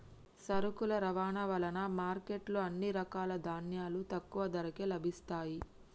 సరుకుల రవాణా వలన మార్కెట్ లో అన్ని రకాల ధాన్యాలు తక్కువ ధరకే లభిస్తయ్యి